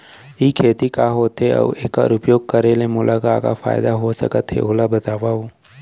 ई खेती का होथे, अऊ एखर उपयोग करे ले मोला का का फायदा हो सकत हे ओला बतावव?